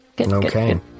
Okay